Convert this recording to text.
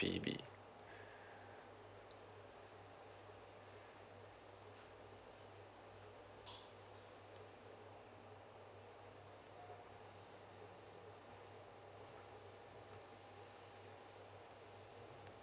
may be